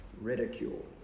ridicule